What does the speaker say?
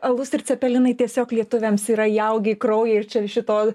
alus ir cepelinai tiesiog lietuviams yra įaugę į kraują ir čia šito